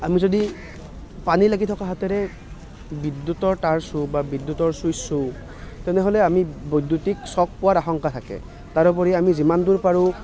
আমি যদি পানী লাগি থকা হাতেৰে বিদ্যুতৰ তাঁৰ চুওঁ বা বিদ্যুতৰ চুইছ চুওঁ তেনেহ'লে আমি বৈদ্যুতিক ছক পোৱাৰ আশংকা থাকে তাৰোপৰি আমি যিমান দূৰ পাৰোঁ